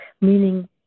meaning